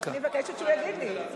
אני מבקשת שהוא יגיד לי.